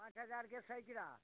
पाँच हजारके छै जीरा